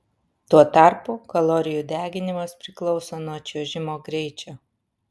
tuo tarpu kalorijų deginimas priklauso nuo čiuožimo greičio